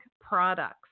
products